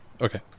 Okay